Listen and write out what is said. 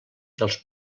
dels